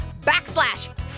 backslash